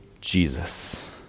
Jesus